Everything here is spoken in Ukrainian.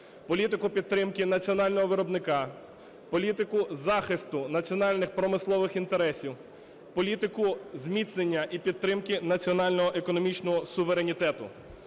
політику підтримки національного виробника, політику захисту національних промислових інтересів, політику зміцнення і підтримки національного економічного суверенітету,